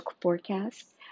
forecast